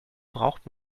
braucht